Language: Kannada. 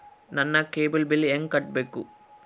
ನನ್ನ ಕೇಬಲ್ ಬಿಲ್ ಹೆಂಗ ಕಟ್ಟಬೇಕು?